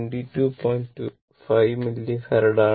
5 millifarad ആണ്